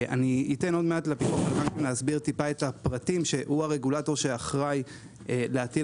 אתן עוד מעט ל- -- להסביר את הפרטים שהוא הרגולטור שאחראי להטיל